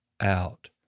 out